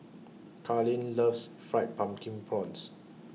Carlyn loves Fried Pumpkin Prawns